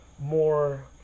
more